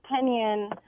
opinion